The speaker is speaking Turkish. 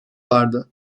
vardı